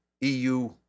EU